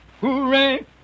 Hooray